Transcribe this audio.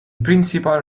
principal